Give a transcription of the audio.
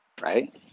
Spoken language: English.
right